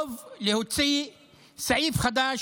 בקרוב להוציא סעיף חדש,